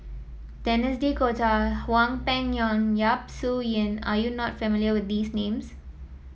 Denis D'Cotta Hwang Peng Yuan Yap Su Yin are you not familiar with these names